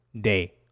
day